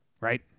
right